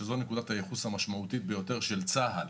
שזו נקודת הייחוס המשמעותית ביותר של צה"ל,